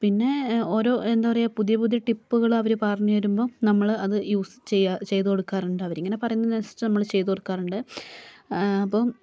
പിന്നെ ഓരോ എന്താ പറയുക പുതിയ പുതിയ ടിപ്പുകൾ അവർ പറഞ്ഞു തരുമ്പോൾ നമ്മൾ അത് യൂസ് ചെയ്യുക ചെയ്തു കൊടുക്കാറുണ്ട് അവരിങ്ങനെ പറയുന്നതനുസരിച്ച് നമ്മൾ ചെയ്തു കൊടുക്കാറുണ്ട് അപ്പം